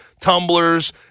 tumblers